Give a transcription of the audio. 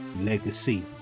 Legacy